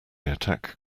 attack